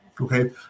Okay